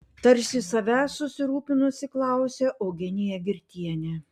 tarsi savęs susirūpinusi klausė eugenija girtienė